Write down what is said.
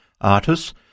artists